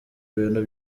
ibintu